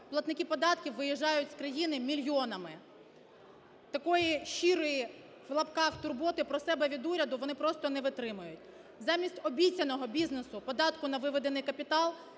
платники податків виїжджають з країни мільйонами. Такої щирої в лапках турботи про себе від уряду вони просто не витримують. Замість обіцяного бізнесу податку на виведений капітал,